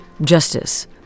justice